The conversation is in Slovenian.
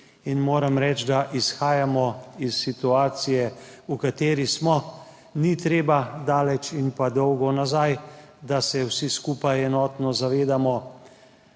in moram reči, da izhajamo iz situacije, v kateri smo. Ni treba daleč in dolgo nazaj, da se vsi skupaj enotno zavedamo,